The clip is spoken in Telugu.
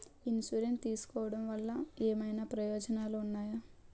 ఇన్సురెన్స్ తీసుకోవటం వల్ల ఏమైనా ప్రయోజనాలు ఉన్నాయా?